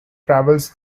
travels